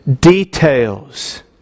details